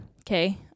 Okay